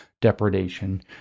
depredation